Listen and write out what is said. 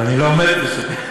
ואני לא עומד בזה.